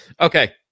Okay